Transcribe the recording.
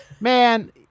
man